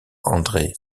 andré